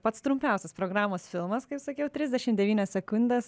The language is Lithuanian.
pats trumpiausias programos filmas kaip sakiau trisdešim devynios sekundės